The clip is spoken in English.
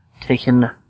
taken